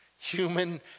Human